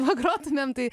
pagrotumėm tai